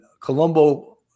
Colombo